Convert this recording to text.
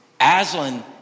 Aslan